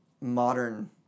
modern